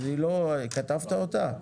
כתבת אותה?